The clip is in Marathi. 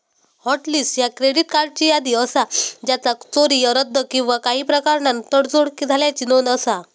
हॉट लिस्ट ह्या क्रेडिट कार्ड्सची यादी असा ज्याचा चोरी, रद्द किंवा काही प्रकारान तडजोड झाल्याची नोंद असा